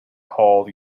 haul